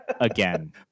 Again